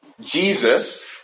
Jesus